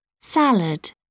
salad